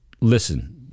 listen